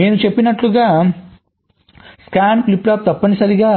నేను చెప్పినట్లుగా scan flip flop తప్పనిసరిగా